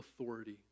authority